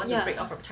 ya